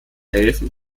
helfen